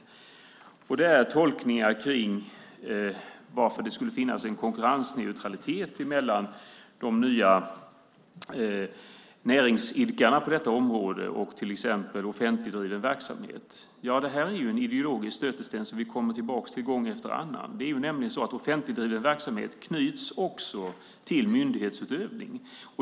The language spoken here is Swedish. Det handlar om tolkningar kring varför det skulle finnas konkurrensneutralitet mellan de nya näringsidkarna på detta område och till exempel offentligdriven verksamhet. Det här är en ideologisk stötesten som vi kommer tillbaka till gång efter annan. Det är nämligen så att offentligdriven verksamhet också knyts till myndighetsutövning.